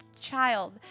child